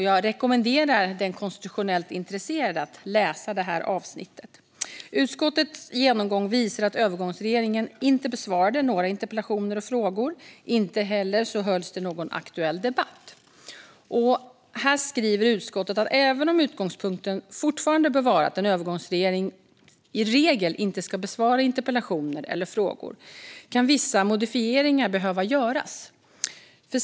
Jag rekommenderar den konstitutionellt intresserade att läsa detta avsnitt. Utskottets genomgång visar att övergångsregeringen inte besvarade några interpellationer eller frågor, och inte heller hölls någon aktuell debatt. Här skriver utskottet att även om utgångspunkten fortfarande bör vara att en övergångsregering i regel inte ska besvara interpellationer eller frågor kan vissa modifieringar behöva göras.